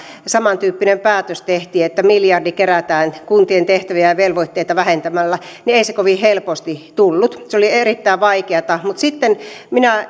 samantyyppinen päätös tehtiin siitä että miljardi kerätään kuntien tehtäviä ja velvoitteita vähentämällä niin ei se kovin helposti tullut se oli erittäin vaikeata mutta sitten minä